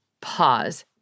pause